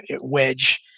wedge